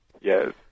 Yes